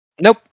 Nope